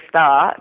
start